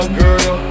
girl